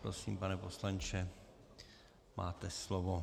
Prosím, pane poslanče, máte slovo.